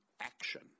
action